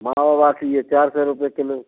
मावा वाटी है चार सौ रुपये किलो